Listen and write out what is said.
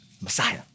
Messiah